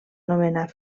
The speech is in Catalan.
nomenar